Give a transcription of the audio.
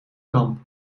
kamp